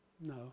No